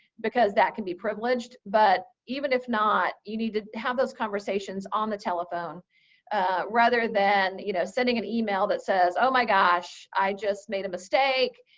because that can be privileged. but even if not, you need to have those conversations on the telephone rather than, you know, sending an email that says, oh my gosh, i just made a mistake.